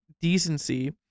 decency